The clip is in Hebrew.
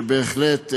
שבהחלט,